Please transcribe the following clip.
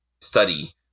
study